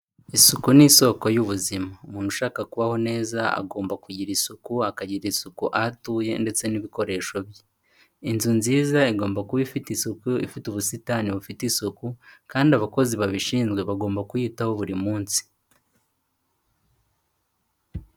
Isuku ni isoko y'ubuzima, umuntu ushaka kubaho neza, agomba kugira isuku akagirira isuku aho atuye ndetse n'ibikoresho bye, inzu nziza igomba kuba ifite isuku, ifite ubusitani bufite isuku kandi abakozi babishinzwe bagomba kuyitaho buri munsi.